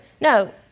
No